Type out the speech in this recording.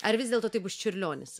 ar vis dėlto tai bus čiurlionis